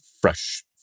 fresh